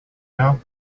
now